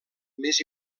més